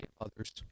others